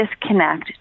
disconnect